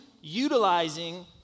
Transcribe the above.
utilizing